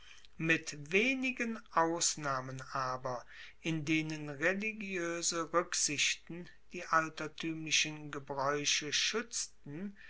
mit wenigen ausnahmen aber in denen religioese ruecksichten die altertuemlichen gebraeuche schuetzten